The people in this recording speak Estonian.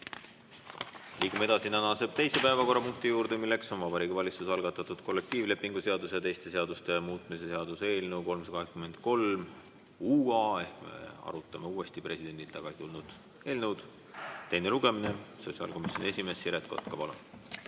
Liigume edasi tänase teise päevakorrapunkti juurde, milleks on Vabariigi Valitsuse algatatud kollektiivlepingu seaduse ja teiste seaduste muutmise seaduse eelnõu 383. Me arutame uuesti presidendilt tagasi tulnud eelnõu, on selle teine lugemine. Sotsiaalkomisjoni esimees Siret Kotka, palun!